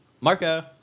marco